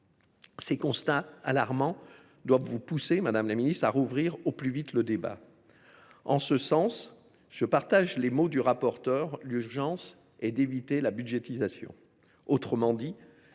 ces constats alarmants doivent vous pousser à rouvrir au plus vite le débat. En ce sens, je partage les mots du rapporteur : l’urgence est d’éviter la budgétisation.